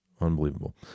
unbelievable